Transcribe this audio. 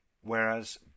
Whereas